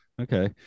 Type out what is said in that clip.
Okay